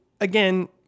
again